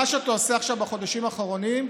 מה שאתה עושה בחודשים האחרונים,